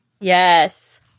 Yes